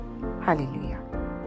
Hallelujah